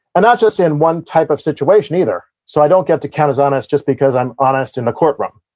and not just in one type of situation either. so i don't get to count as honest just because i'm honest in the courtroom.